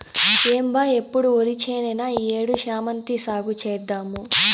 ఏం బా ఎప్పుడు ఒరిచేనేనా ఈ ఏడు శామంతి సాగు చేద్దాము